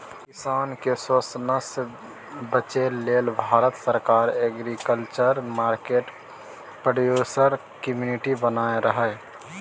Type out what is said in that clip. किसान केँ शोषणसँ बचेबा लेल भारत सरकार एग्रीकल्चर मार्केट प्रोड्यूस कमिटी बनेने रहय